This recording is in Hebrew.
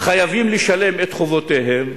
חייבים לשלם את חובותיהם,